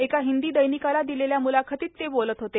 एका हिंदी दैनिकाला दिलेल्या मुलाखतीत ते बोलत होते